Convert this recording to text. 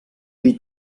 qui